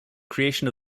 creation